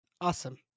Awesome